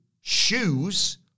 shoes